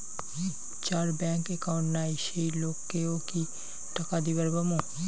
যার bank account নাই সেই লোক কে ও কি টাকা দিবার পামু?